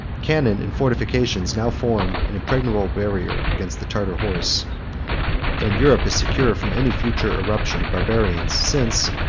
cannon and fortifications now form an impregnable barrier against the tartar horse and europe is secure from any future irruptions of barbarians since,